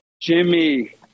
Jimmy